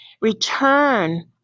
Return